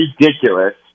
ridiculous